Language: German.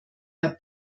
herr